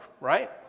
right